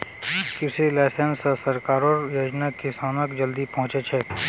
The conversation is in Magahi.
कृषि लाइसेंस स सरकारेर योजना किसानक जल्दी पहुंचछेक